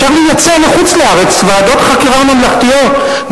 אפשר לייצא לחוץ-לארץ ועדות חקירה ממלכתיות,